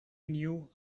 knew